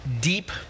deep